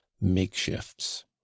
makeshifts